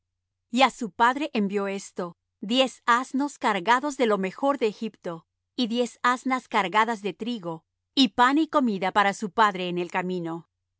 á su padre envió esto diez asnos cargados de lo mejor de egipto y diez asnas cargadas de trigo y pan y comida para su padre en el camino